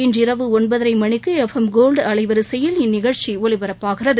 இன்றிரவு ஒன்பதரை மணிக்கு எஃப் எம் கோல்டு அலைவரிசையில் இந்நிகழ்ச்சி ஒலிபரப்பாகிறது